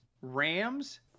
Rams